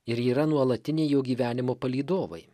ir yra nuolatiniai jų gyvenimo palydovai